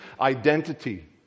identity